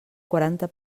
quaranta